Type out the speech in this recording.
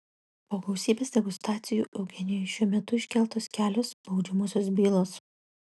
po gausybės degustacijų eugenijui šiuo metu iškeltos kelios baudžiamosios bylos